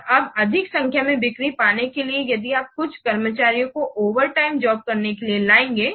और अब अधिक संख्या में बिक्री पाने के लिए यदि आप कुछ कर्मचारियों को ओवरटाइम जॉब करने के लिए लगाएंगे